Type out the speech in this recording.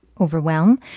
overwhelm